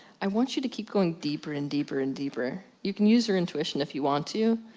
i want you to keep going deeper and deeper and deeper. you can use your intuition if you want to.